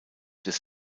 des